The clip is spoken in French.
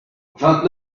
vingt